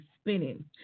spinning